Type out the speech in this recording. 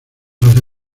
hacia